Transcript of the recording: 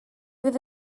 fydd